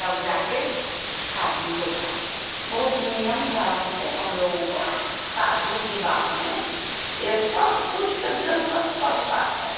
तब जा कर शादी होता है बहुत नियम धर्म से हम लोगों को शादी विवाह में ये सब कुछ के ज़रूरत पड़ता है